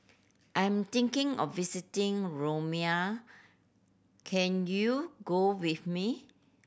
I'm thinking of visiting Romania can you go with me